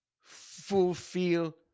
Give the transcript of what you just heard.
fulfill